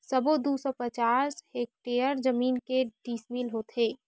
सबो दू सौ पचास हेक्टेयर जमीन के डिसमिल होथे?